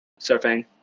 surfing